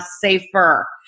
safer